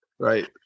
Right